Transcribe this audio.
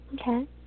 Okay